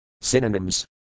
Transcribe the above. Synonyms